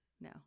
No